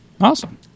awesome